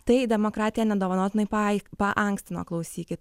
tai demokratiją nedovanotinai paai paankstino klausykit